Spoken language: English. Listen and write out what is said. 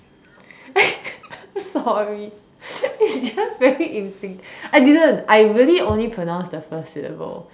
sorry it's just very in sync I didn't I really only pronounced the first syllable